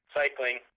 cycling